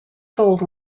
sold